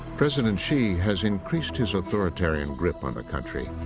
president xi has increased his authoritarian grip on the country.